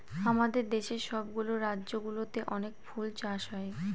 আমাদের দেশের সব গুলা রাজ্য গুলোতে অনেক ফুল চাষ হয়